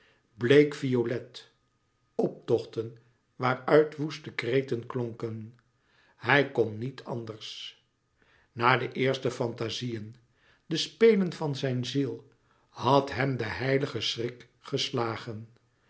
bleek violet optochten waaruit woeste kreten klonken hij kon niet anders na de eerste fantazieën de spelen van zijn ziel had hem de heilige schrik geslagen